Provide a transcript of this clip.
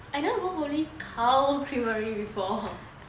I never go holy cow creamery before